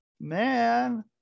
Man